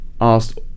asked